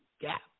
gap